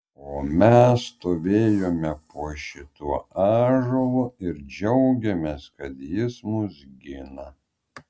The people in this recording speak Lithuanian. o mes stovėjome po šituo ąžuolu ir džiaugėmės kad jis mus gina